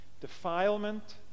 defilement